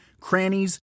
crannies